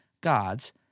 God's